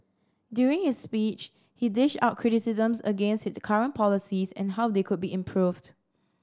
during his speech he dished out criticisms against the current policies and how they could be improved